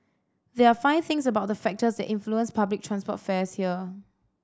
there are five things about the factors that influence public transport fares here